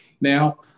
now